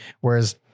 whereas